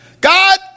God